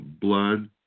blood